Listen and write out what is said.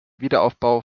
wiederaufbau